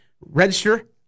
register